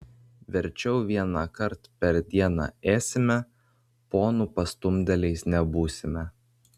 verčiau vienąkart per dieną ėsime ponų pastumdėliais nebūsime